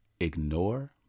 Ignore